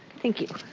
thank you.